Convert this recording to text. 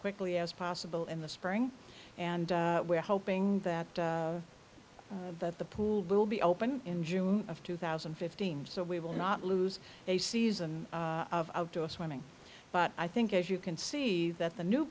quickly as possible in the spring and we're hoping that that the pool will be open in june of two thousand and fifteen so we will not lose a season of outdoor swimming but i think as you can see that the new